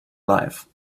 life